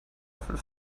fünf